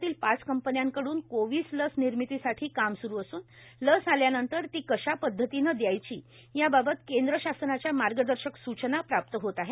देशातल्या पाच कंपन्यांकडून कोविड लस निर्मितीसाठी काम सुरु असून लस आल्यानंतर ती कशा पद्धतीनं द्यायची याबाबत केंद्र शासनाच्या मार्गदर्शक सूचना प्राप्त होत आहेत